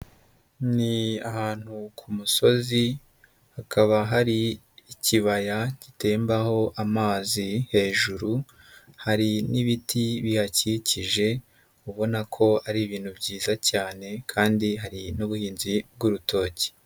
Ni ahantu ku musozi, hakaba hari ikibaya gitembaho amazi hejuru, hari n'ibiti bihakikije, ubona ko ari ibintu byiza cyane kandi hari n'ubuhinzi bw'urutoki.